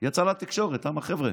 יצא לתקשורת ואמר: חבר'ה,